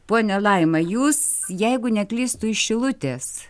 ponia laima jūs jeigu neklystu iš šilutės